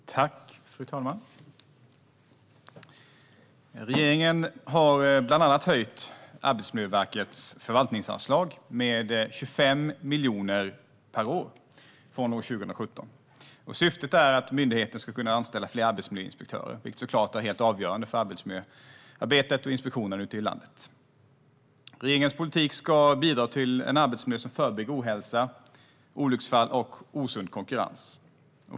Fru talman! Regeringen har bland annat höjt Arbetsmiljöverkets förvaltningsanslag med 25 miljoner per år från år 2017. Syftet är att myndigheten ska kunna anställa fler arbetsmiljöinspektörer, vilket såklart är helt avgörande för arbetsmiljöarbetet och inspektionen ute i landet. Regeringens politik ska bidra till en arbetsmiljö som förebygger ohälsa, olycksfall och osund konkurrens.